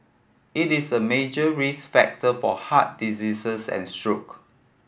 it is a major risk factor for heart diseases and stroke